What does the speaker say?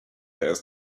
has